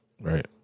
right